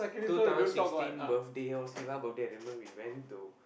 two thousand sixteen birthday lor siva birthday I remember we went to